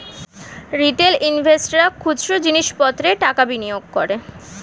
retail ইনভেস্টর্সরা খুচরো জিনিস পত্রে টাকা বিনিয়োগ করে